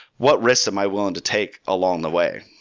what risks am i willing to take along the way?